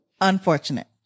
Unfortunate